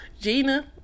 Gina